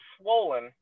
swollen